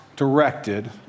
directed